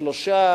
שלושה